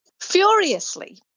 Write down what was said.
Furiously